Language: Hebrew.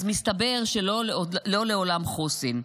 אז מסתבר שלא לעולם חוסן.